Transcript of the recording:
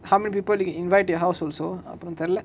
how many people you invite your house also